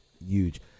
huge